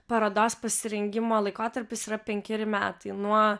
parodos pasirengimo laikotarpis yra penkeri metai nuo